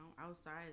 outside